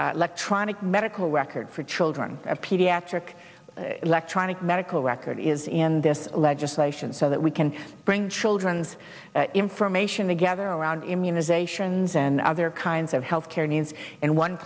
get medical records for children of pediatric electronic medical record is in this legislation so that we can bring children's information together around immunizations and other kinds of health care needs in one